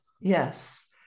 Yes